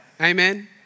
Amen